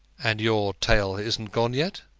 and your tail isn't gone yet?